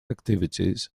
activities